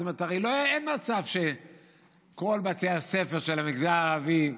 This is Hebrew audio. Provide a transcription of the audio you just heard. הרי אין מצב שכל בתי הספר של המגזר הערבי,